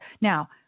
Now